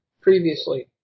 previously